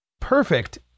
Perfect